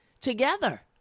together